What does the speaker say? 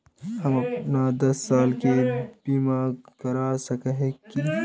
हम अपन दस साल के बीमा करा सके है की?